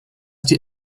die